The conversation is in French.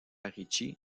ricci